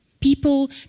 people